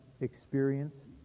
experience